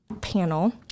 panel